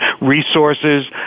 resources